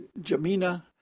Jemina